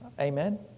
amen